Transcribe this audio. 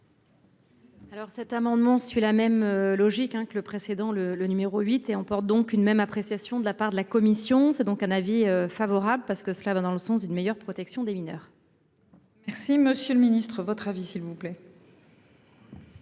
Alors cet amendement suit la même logique que le précédent le le numéro 8 et emporte donc une même appréciation de la part de la Commission, c'est donc un avis favorable parce que cela va dans le sens d'une meilleure protection des mineurs. Merci Monsieur le Ministre votre avis s'il vous plaît.